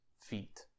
feet